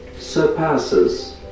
surpasses